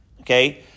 okay